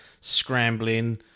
scrambling